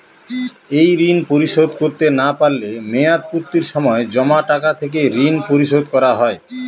এই ঋণ পরিশোধ করতে না পারলে মেয়াদপূর্তির সময় জমা টাকা থেকে ঋণ পরিশোধ করা হয়?